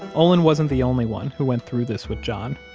olin wasn't the only one who went through this with john.